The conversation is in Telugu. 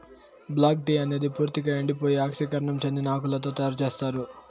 బ్లాక్ టీ అనేది పూర్తిక ఎండిపోయి ఆక్సీకరణం చెందిన ఆకులతో తయారు చేత్తారు